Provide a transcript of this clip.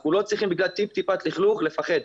אנחנו לא צריכים בגלל טיפ טיפת לכלוך לפחד.